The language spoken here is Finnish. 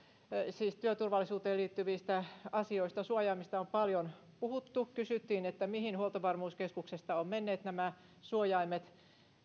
siis työturvallisuuteen liittyvistä asioista suojaimista on paljon puhuttu kysyttiin mihin huoltovarmuuskeskuksesta ovat menneet nämä suojaimet